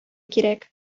кирәк